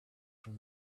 from